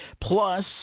Plus